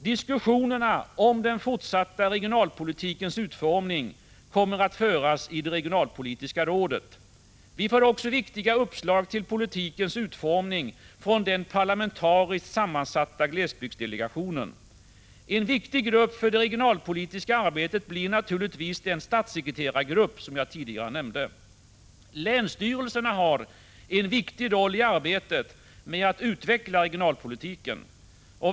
Diskussionerna om den fortsatta regionalpolitikens utformning kommer att föras i det regionalpolitiska rådet. Vi får också viktiga uppslag till politikens utformning från den parlamentariskt sammansatta glesbygdsdelegationen. En betydelsefull grupp för det regionalpolitiska arbetet blir naturligtvis den statssekreterargrupp som jag tidigare nämnde. Länsstyrelserna har en väsentlig roll i arbetet med att utveckla regionalpo litiken.